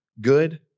good